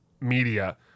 media